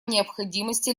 необходимости